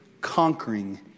conquering